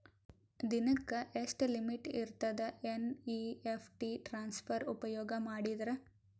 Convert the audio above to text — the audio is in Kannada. ದಿನಕ್ಕ ಎಷ್ಟ ಲಿಮಿಟ್ ಇರತದ ಎನ್.ಇ.ಎಫ್.ಟಿ ಟ್ರಾನ್ಸಫರ್ ಉಪಯೋಗ ಮಾಡಿದರ?